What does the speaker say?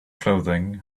clothing